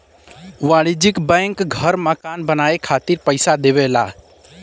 वाणिज्यिक बैंक घर मकान बनाये खातिर पइसा देवला